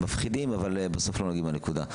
מפחידים, אבל בסוף לא נוגעים בנקודה.